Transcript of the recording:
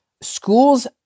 schools